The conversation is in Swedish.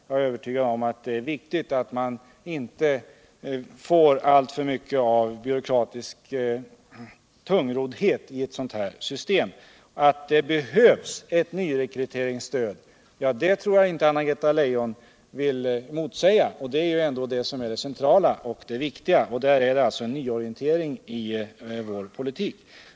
Jag är övertygad om att det är viktigt att man inte får alltför mycket av byråkratisk tungroddhet i ett sådant system. Jag tror inte att Anna-Greta Leijon vill motsäga att det behövs ett nyrekryteringsstöd, och det är ju ändå det centrala och viktiga. Här handlar det alltså om en nyorientering i vår politik.